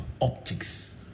optics